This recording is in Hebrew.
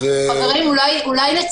אני מבקש